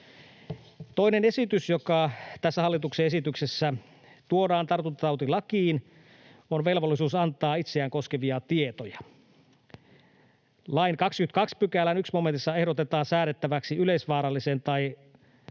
Toinen esitys, joka tässä hallituksen esityksessä tuodaan tartuntatautilakiin, on velvollisuus antaa itseään koskevia tietoja. Lain 22 §:n 1 momentissa ehdotetaan säädettäväksi yleisvaaralliseen tai